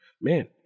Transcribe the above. man